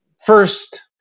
first